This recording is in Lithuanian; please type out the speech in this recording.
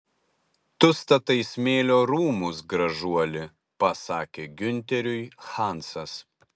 tu statai smėlio rūmus gražuoli pasakė giunteriui hansas